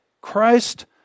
Christ